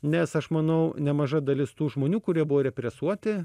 nes aš manau nemaža dalis tų žmonių kurie buvo represuoti